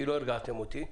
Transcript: כי לא הרגעתם אותי.